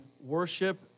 worship